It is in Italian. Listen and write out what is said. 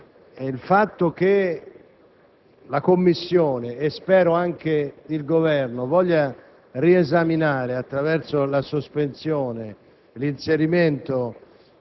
il fatto che la stessa Commissione, e - spero - anche il Governo, voglia riesaminare, attraverso una sospensione, l'inserimento